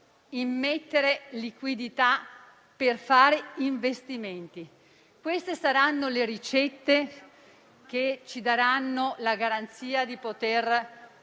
immettere liquidità per fare investimenti. Queste saranno le ricette che ci daranno la garanzia di poter